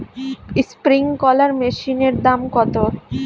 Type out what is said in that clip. Sprinkler মেশিনের দাম কত?